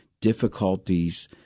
difficulties